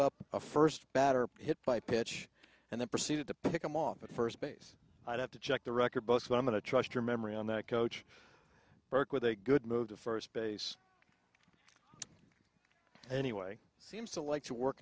up a first batter hit by pitch and then proceeded to pick him off at first base i'd have to check the record books but i'm going to trust your memory on that coach burke with a good move to first base anyway seems to like to work